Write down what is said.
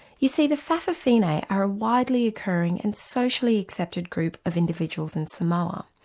you see, the fa'afafine are a widely occurring and socially accepted group of individuals in samoa,